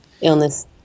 illness